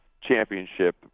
championship